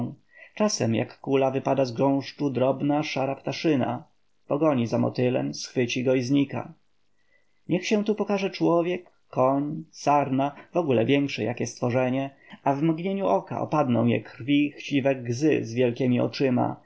czasem jak kula wypada z gąszczu drobna szara ptaszyna pogoni za motylem schwyci go i znika niech się tu pokaże człowiek koń sarna w ogóle większe jakie stworzenie a w mgnieniu oka opadną je krwi chciwe gzy z wielkiemi oczyma